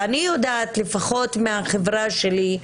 אני יודעת, לפחות מהחברה שלי,